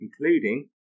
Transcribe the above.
including